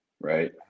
right